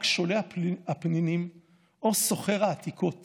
רק שולה הפנינים או סוחר העתיקות